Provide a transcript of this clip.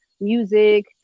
music